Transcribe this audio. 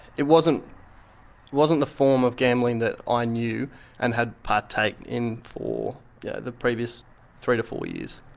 it wasn't wasn't the form of gambling that i knew and had partaken in for yeah the previous three to four years.